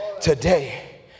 today